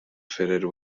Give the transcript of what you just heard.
fitted